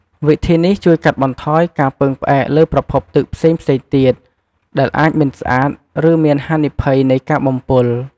វិធីនេះជួយកាត់បន្ថយការពឹងផ្អែកលើប្រភពទឹកផ្សេងៗទៀត ដែលអាចមិនស្អាត ឬមានហានិភ័យនៃការបំពុល។